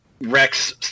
rex